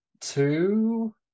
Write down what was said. two